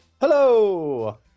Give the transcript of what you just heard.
Hello